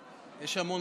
יש פה המון